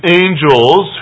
angels